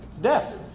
death